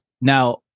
Now